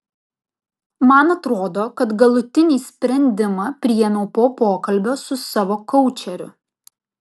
man atrodo kad galutinį sprendimą priėmiau po pokalbio su savo koučeriu